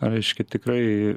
reiškia tikrai